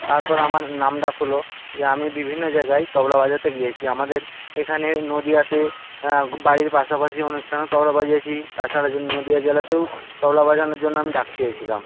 তারপর আমার নাম ডাক হলো দিয়ে আমি বিভিন্ন জাগায় তবলা বাজাতে গিয়েছি আমাদের এখানে নদীয়াতে বাড়ির পাশাপাশি অনুষ্ঠানে তবলা বাজিয়েছি তাছাড়া যে নদীয়া জেলাতেও তবলা বাজানোর জন্য আমি ডাক পেয়েছিলাম